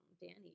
Danny